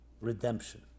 redemption